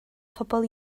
phobl